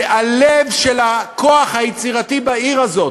הלב של הכוח היצירתי בעיר הזאת,